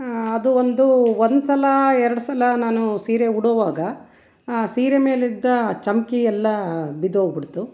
ಅದು ಒಂದು ಒಂದು ಸಲ ಎರಡು ಸಲ ನಾನು ಸೀರೆ ಉಡೋವಾಗ ಸೀರೆ ಮೇಲಿದ್ದ ಚಮಕಿಯೆಲ್ಲ ಬಿದ್ದೋಗ್ಬಿಡ್ತು